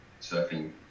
surfing